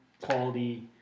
quality